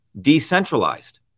decentralized